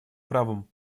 правом